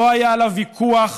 לא היה עליו ויכוח,